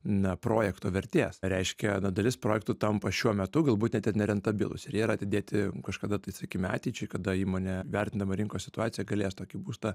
na projekto vertės reiškia na dalis projektų tampa šiuo metu galbūt net ir nerentabilūs ir jie yra atidėti kažkada tai sakykime ateičiai kada įmonė vertindama rinkos situaciją galės tokį būstą